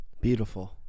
Beautiful